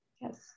Yes